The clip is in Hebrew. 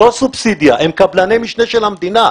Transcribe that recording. לא סובסידיה אלא הם קבלני משנה של המדינה.